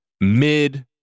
mid